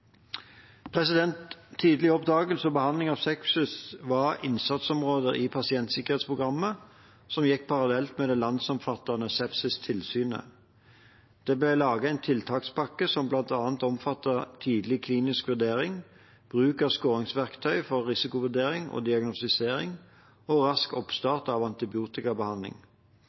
Tidlig oppdagelse og behandling av sepsis var innsatsområde i pasientsikkerhetsprogrammet, som gikk parallelt med det landsomfattende sepsistilsynet. Det ble laget en tiltakspakke som bl.a. omfattet tidlig klinisk vurdering, bruk av skåringsverktøy for risikovurdering og diagnostisering og rask oppstart av antibiotikabehandling.